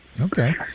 Okay